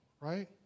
right